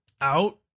out